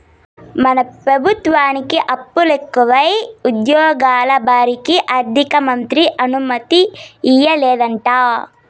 మన పెబుత్వానికి అప్పులెకువై ఉజ్జ్యోగాల భర్తీకి ఆర్థికమంత్రి అనుమతియ్యలేదంట